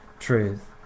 Truth